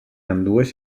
ambdues